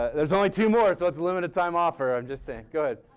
there's only two more so it's a limited time offer, i'm just saying, go ahead.